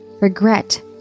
regret